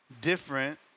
different